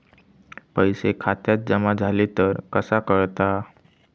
पैसे खात्यात जमा झाले तर कसा कळता?